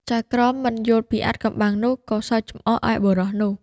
ចៅក្រមមិនយល់ពីអាថ៌កំបាំងនោះ ក៏សើចចំអកឱ្យបុរសនោះ។